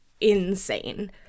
insane